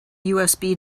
usb